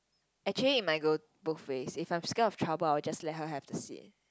actually it might go both ways if I'm scared of trouble I will just let her have the seat